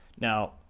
Now